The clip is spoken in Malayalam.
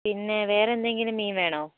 പിന്നെ വേറെ എന്തെങ്കിലും മീൻ വേണോ